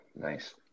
nice